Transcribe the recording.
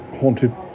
haunted